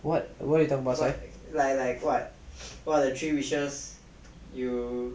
what